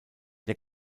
der